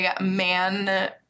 man